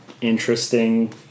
interesting